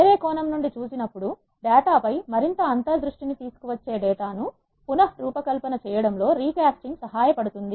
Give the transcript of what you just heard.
వేరే కోణం నుండి చూసినప్పుడు డేటా పై మరింత అంతర్ దృష్టి ని తీసుకొచ్చి డేటాను పునఃరూపకల్పన చేయడంలో రీ కాస్టింగ్ సహాయపడుతుంది